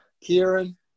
Kieran